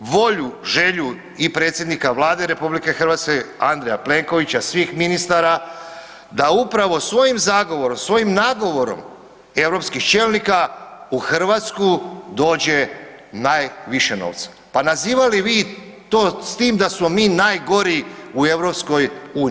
volju, želju i predsjednika Vlade RH Andreja Plenkovića, svih ministara da upravo svojim zagovorom, svojim nagovorom europskih čelnika u Hrvatsku dođe najviše novca, pa nazivali to s tim da smo mi najgori u EU.